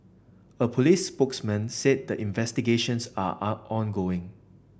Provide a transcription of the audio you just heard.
a police spokesman said the investigations are on ongoing